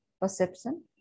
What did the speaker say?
perception